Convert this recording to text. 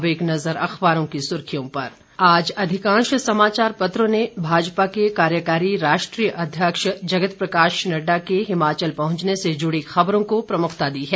अब एक नजर अखबारों की सुर्खियों पर आज अधिकांश समाचार पत्रों ने भाजपा के कार्यकारी राष्ट्रीय अध्यक्ष जगत प्रकाश नड़डा के हिमाचल पहंचने से जुड़ी खबरों को प्रमुखता दी है